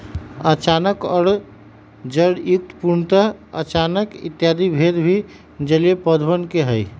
अचानक और जड़युक्त, पूर्णतः अचानक इत्यादि भेद भी जलीय पौधवा के हई